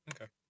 Okay